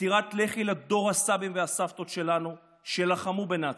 סטירת לחי לדור הסבים והסבתות שלנו שלחמו בנאצים.